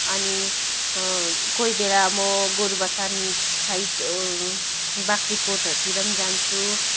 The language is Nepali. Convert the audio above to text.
अनि कोही बेला म गोरुबथान साइड बाग्राकोटहरूतिर जान्छु